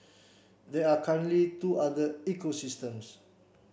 there are currently two other ecosystems